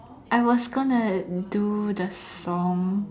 I was gonna do the song